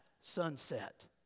sunset